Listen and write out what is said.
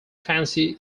fancy